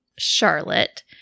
Charlotte